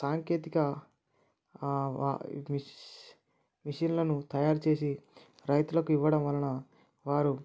సాంకేతిక మెషీన్లను తయారు చేసి రైతులకు ఇవ్వడం వలన వారు